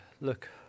look